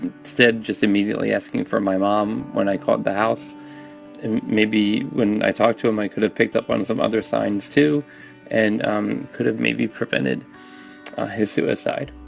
instead just immediately asking for my mom when i called the house. and maybe when i talked to him, i could have picked up on some other signs too and um could have maybe prevented ah his suicide